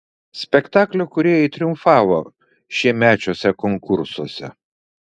spektaklio kūrėjai triumfavo šiemečiuose konkursuose